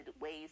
ways